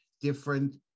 different